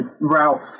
Ralph